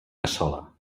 cassola